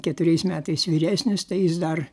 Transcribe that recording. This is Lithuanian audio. keturiais metais vyresnis tai jis dar